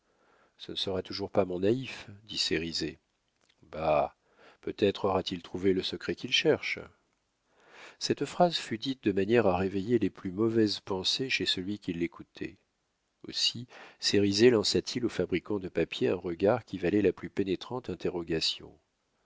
ce ne sera pas toujours mon naïf dit cérizet bah peut-être aura-t-il trouvé le secret qu'il cherche cette phrase fut dite de manière à réveiller les plus mauvaises pensées chez celui qui l'écoutait aussi cérizet lança t il au fabricant de papier un regard qui valait la plus pénétrante interrogation